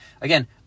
again